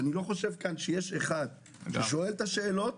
אני לא חושב שיש אחד ששואל את השאלות,